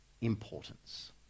importance